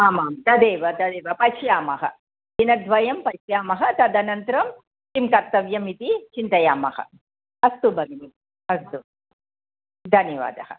आमां तदेव तदेव पश्यामः दिनद्वयं पश्यामः तदनन्तरं किं कर्तव्यमिति चिन्तयामः अस्तु भगिनि अस्तु धन्यवादः